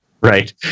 Right